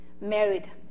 married